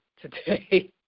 today